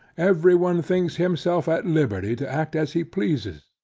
every one thinks himself at liberty to act as he pleases.